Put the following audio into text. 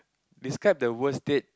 describe the worst date